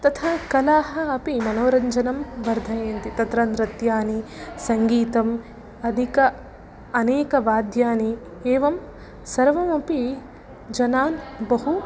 तथा कलाः अपि मनोरञ्जनं वर्धयन्ति तत्र नृत्यानि सङ्गीतम् अधिक अनेकवाद्यानि एवं सर्वमपि जनान् बहु